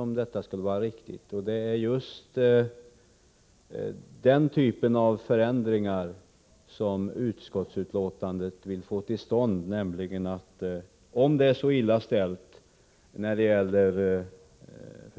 Är det så, är det mycket beklagligt. Det är just i detta avseende som utskottet vill få ändringar till stånd. Om det är så illa ställt när det gäller de offentliga representanterna i